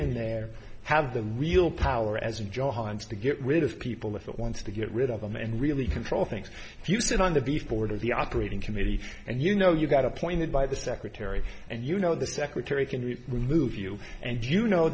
in there have the real power as john's to get rid of people if it wants to get rid of them and really control things if you sit on the before the operating committee and you know you got appointed by the secretary and you know the secretary can remove you and you know